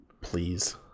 Please